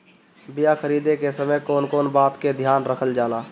बीया खरीदे के समय कौन कौन बात के ध्यान रखल जाला?